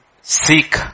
Seek